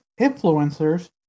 influencers